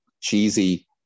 cheesy